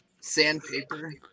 Sandpaper